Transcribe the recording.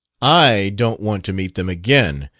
i don't want to meet them again,